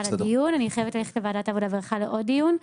להלן תרגומם: רונן,